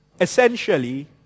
Essentially